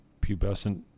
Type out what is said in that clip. pubescent